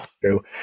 True